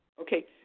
Okay